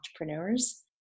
entrepreneurs